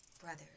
brothers